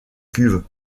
cuve